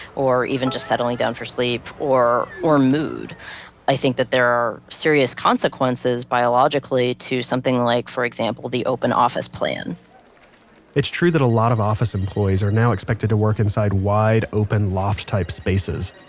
or even just settling down for sleep or or mood i think that there are serious consequences biologically to something like for example the open office plan it's true that a lot of office employees are now expected to work inside wide open loft type spaces.